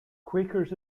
quakers